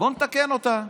בוא נתקן אותה.